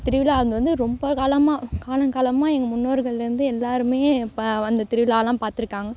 திருவிழா அது வந்து ரொம்ப காலமாக காலங்காலமாக எங்கள் முன்னோர்கள்லேந்து எல்லோரும் இப்போ அந்த திருவிழாலாம் பார்த்துருக்காங்க